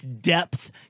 depth